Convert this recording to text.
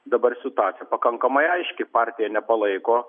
dabar situacija pakankamai aiški partija nepalaiko